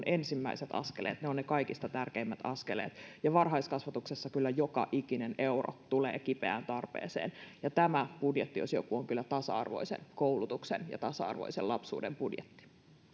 ensimmäiset askeleet ne ovat ne kaikista tärkeimmät askeleet varhaiskasvatuksessa kyllä joka ikinen euro tulee kipeään tarpeeseen tämä budjetti jos joku on kyllä tasa arvoisen koulutuksen ja tasa arvoisen lapsuuden budjetti